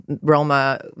Roma